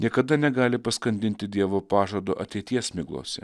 niekada negali paskandinti dievo pažado ateities miglose